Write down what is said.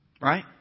Right